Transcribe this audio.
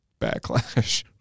backlash